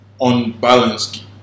unbalanced